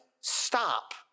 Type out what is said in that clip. stop